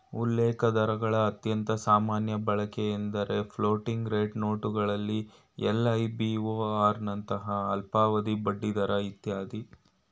ಉಲ್ಲೇಖದರಗಳ ಅತ್ಯಂತ ಸಾಮಾನ್ಯ ಬಳಕೆಎಂದ್ರೆ ಫ್ಲೋಟಿಂಗ್ ರೇಟ್ ನೋಟುಗಳಲ್ಲಿ ಎಲ್.ಐ.ಬಿ.ಓ.ಆರ್ ನಂತಹ ಅಲ್ಪಾವಧಿ ಬಡ್ಡಿದರ ಇತ್ಯಾದಿ